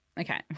Okay